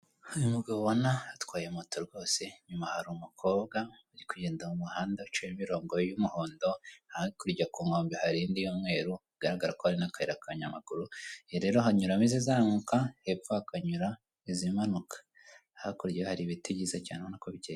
Uyu mugabo ubona atwaye moto rwose nyuma hari umukobwa uri kugenda mu muhanda aciye imirongo y'umuhondo, hakurya ku nkombe hari indi yumweru, bigaragara ko hari n'akarere ka nyamaguru hi rero hanyuramo izizamuka, hepfo hakanyura izimanuka, hakurya hari ibiti byiza cyane ubona bikeye.